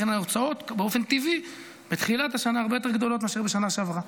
לכן באופן טבעי ההוצאות בתחילת השנה הרבה יותר גדולות מאשר בשנה שעברה.